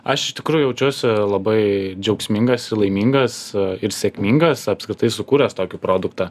aš tikrai jaučiuosi labai džiaugsmingas i laimingas ir sėkmingas apskritai sukūręs tokį produktą